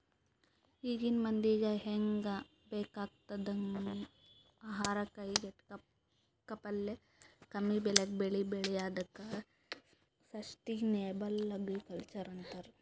ಈಗಿನ್ ಮಂದಿಗ್ ಹೆಂಗ್ ಬೇಕಾಗಂಥದ್ ಆಹಾರ್ ಕೈಗೆಟಕಪ್ಲೆ ಕಮ್ಮಿಬೆಲೆಗ್ ಬೆಳಿ ಬೆಳ್ಯಾದಕ್ಕ ಸಷ್ಟನೇಬಲ್ ಅಗ್ರಿಕಲ್ಚರ್ ಅಂತರ್